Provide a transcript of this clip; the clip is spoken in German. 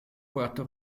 puerto